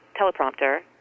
teleprompter